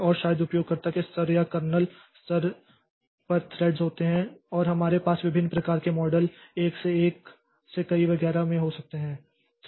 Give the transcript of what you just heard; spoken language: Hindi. और शायद उपयोगकर्ता के स्तर या कर्नेल स्तर पर थ्रेड्स होते हैं और हमारे पास विभिन्न प्रकार के मॉडल एक से एक से कई वगैरह में हो सकते हैं